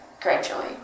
gradually